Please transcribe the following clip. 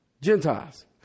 Gentiles